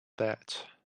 that